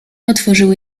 otworzyły